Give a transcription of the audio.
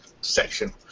section